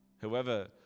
whoever